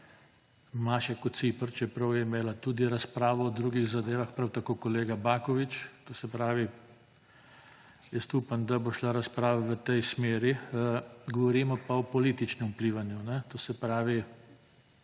Maše Kociper, čeprav je imela tudi razpravo o drugih zadevah, prav tako kolega Baković. To se pravi, upam, da bo šla razprava v tej smeri. Govorimo pa o političnem vplivanju. To se pravi,